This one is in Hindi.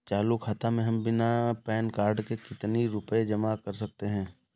चालू खाता में हम बिना पैन कार्ड के कितनी रूपए जमा कर सकते हैं?